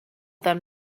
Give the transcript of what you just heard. them